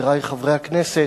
חברי חברי הכנסת,